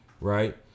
right